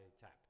tap